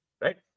right